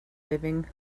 living